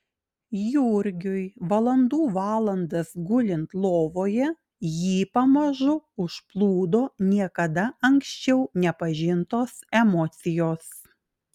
jurgiui valandų valandas gulint lovoje jį pamažu užplūdo niekada anksčiau nepažintos emocijos